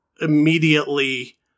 immediately